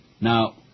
Now